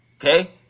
okay